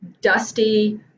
dusty